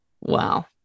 Wow